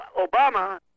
Obama